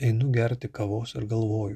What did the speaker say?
einu gerti kavos ir galvoju